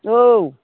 औ